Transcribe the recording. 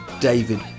David